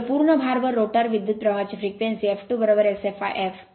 तर पूर्ण भारवर रोटर विद्युत प्रवाहची फ्रेक्वेन्सी f2Sfl f